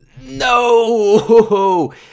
no